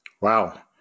Wow